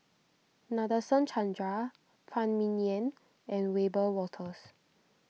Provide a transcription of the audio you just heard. Nadasen Chandra Phan Ming Yen and Wiebe Wolters